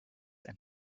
and